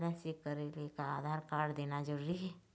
Balance check करेले का Aadhaar card देना जरूरी हे?